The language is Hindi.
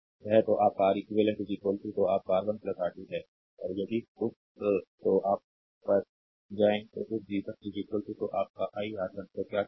वह तो आप का R eq तो आप का R1 R2 है और यदि उस तो आप का पर जाएं तो उस v 1 तो आप का i R1 को क्या कहते हैं